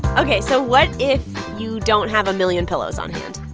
ok, so what if you don't have a million pillows on hand?